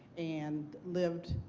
and lived